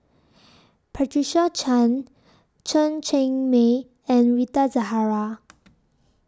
Patricia Chan Chen Cheng Mei and Rita Zahara